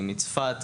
אני מצפת,